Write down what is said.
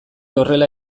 horrela